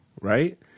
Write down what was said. right